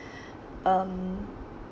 um